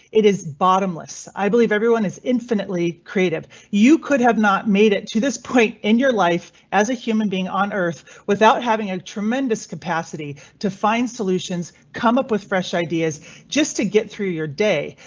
it is bottomless. i believe everyone is infinitely creative. you could have not made it to this point in your life as a human being on earth without having a tremendous capacity to find solutions. come up with fresh ideas just to get through your day,